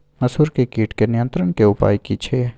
मसूर के कीट के नियंत्रण के उपाय की छिये?